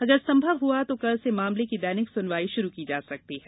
अगर संभव हआ तो कल से मामले की दैनिक सुनवाई शुरू की जा सकती है